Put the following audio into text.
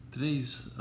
Today's